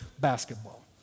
basketball